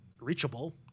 reachable